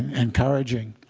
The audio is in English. encouraging.